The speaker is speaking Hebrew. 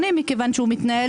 גם אני לא רואה בזה תקציב דו